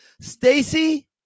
Stacy